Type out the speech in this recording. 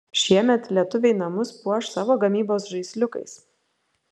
šiemet lietuviai namus puoš savos gamybos žaisliukais